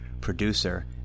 producer